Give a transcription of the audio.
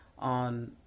on